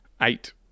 eight